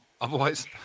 Otherwise